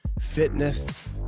fitness